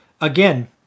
Again